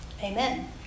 Amen